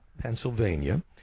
pennsylvania